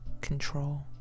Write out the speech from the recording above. control